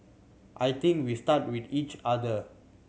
I think we start with each us